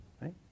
right